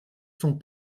sont